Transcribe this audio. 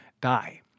die